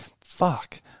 fuck